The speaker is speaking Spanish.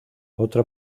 otra